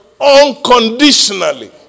unconditionally